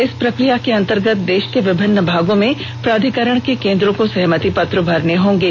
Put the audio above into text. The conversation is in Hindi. इस प्रक्रिया के अंतर्गत देश के विभिन्न भागों में प्राधिकरण के केन्द्रों को सहमति पत्र भरने होंगे